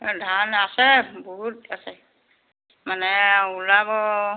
অঁ ধান আছে বহুত আছে মানে ওলাব